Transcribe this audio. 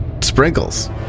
Sprinkles